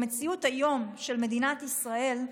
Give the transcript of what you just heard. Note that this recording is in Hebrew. במציאות היום של מדינת ישראל,